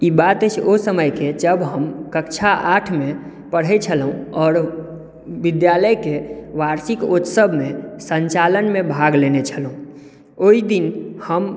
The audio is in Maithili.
बात अछि ओहि समयके जब हम कक्षा आठमे पढ़ै छलहुँ आओर विद्यालयके वार्षिकोत्सवमे सञ्चालनमे भाग लेने छलहुँ ओहि दिन हम